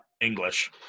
English